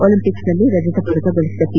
ಓಲಂಪಿಕ್ಸ್ನಲ್ಲಿ ರಜತ ಪದಕ ಗಳಿಸಿದ ಪಿ